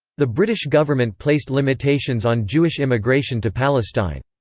the british government placed limitations on jewish immigration to palestine.